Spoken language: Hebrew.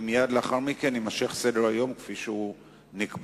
ומייד לאחר מכן יימשך סדר-היום כפי שהוא נקבע.